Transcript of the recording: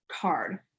card